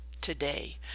today